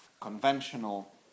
conventional